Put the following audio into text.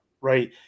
right